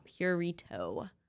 Purito